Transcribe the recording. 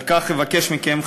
על כן אבקש מכם,